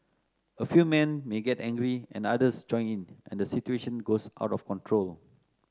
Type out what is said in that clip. a few men may get angry and others join in and the situation goes out of control